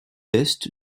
est